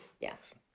Yes